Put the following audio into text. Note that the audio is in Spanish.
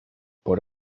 por